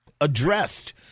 addressed